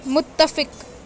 متفق